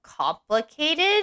complicated